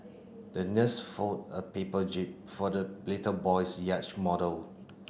the nurse fold a paper jib for the little boy's yacht model